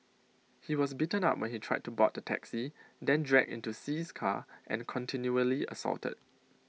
he was beaten up when he tried to board the taxi then dragged into See's car and continually assaulted